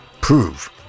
prove